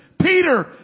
Peter